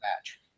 match